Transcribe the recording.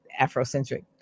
Afrocentric